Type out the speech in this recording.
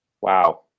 Wow